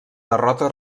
derrota